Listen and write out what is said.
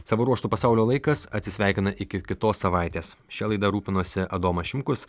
savo ruožtu pasaulio laikas atsisveikina iki kitos savaitės šia laida rūpinosi adomas šimkus